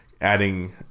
adding